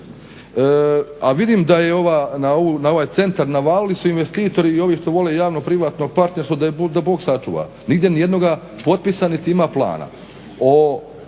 A vidim da je na ovaj centar navalili su investitori i ovi što vole javno privatno partnerstvo da Bog sačuva. Nigdje nijednog potpisa niti ima plana.